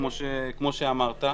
כמו שאמרת.